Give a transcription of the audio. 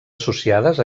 associades